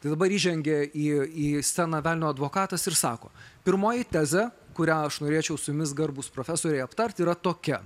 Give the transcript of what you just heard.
tai dabar įžengia į į sceną velnio advokatas ir sako pirmoji tezė kurią aš norėčiau su jumis garbūs profesoriai aptart yra tokia